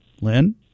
Lynn